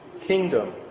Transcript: kingdom